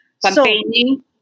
Campaigning